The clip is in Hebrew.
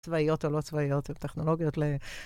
צבאיות או לא צבאיות, הן טכנולוגיות ל...